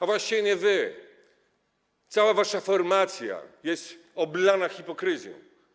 A właściwie nie wy: cała wasza formacja jest oblana hipokryzją.